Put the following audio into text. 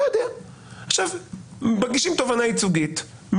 מגישים תובענה ייצוגית,